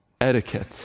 etiquette